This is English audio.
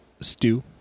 stew